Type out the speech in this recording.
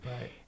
right